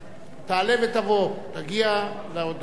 תעלה ותבוא, תגיע לדוכן,